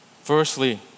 Firstly